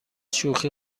شوخی